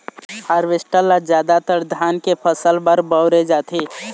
harvester ल जादातर धान के फसल बर बउरे जाथे